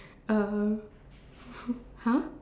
um !huh!